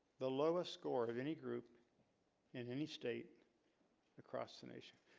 the lowest score of any group in any state across the nation